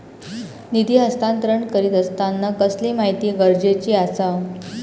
निधी हस्तांतरण करीत आसताना कसली माहिती गरजेची आसा?